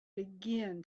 begin